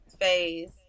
phase